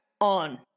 on